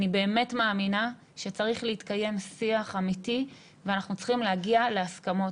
אני באמת מאמינה שצריך להתקיים שיח אמיתי ואנחנו צריכים להגיע להסכמות,